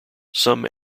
some